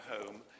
home